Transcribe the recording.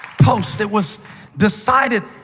post. it was decided.